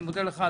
תודה רבה.